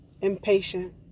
impatient